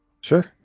Sure